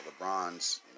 LeBron's